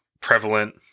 prevalent